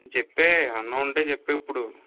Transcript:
చెప్పేయి ఏమైనా ఉంటే చెప్పేయి ఇప్పుడు